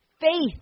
Faith